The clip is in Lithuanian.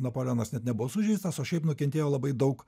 napoleonas net nebuvo sužeistas o šiaip nukentėjo labai daug